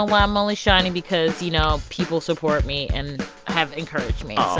um ah i'm only shining because, you know, people support me and have encouraged me